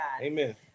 Amen